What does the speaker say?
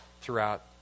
throughout